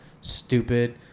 stupid